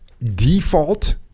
default